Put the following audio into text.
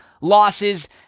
losses